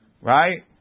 right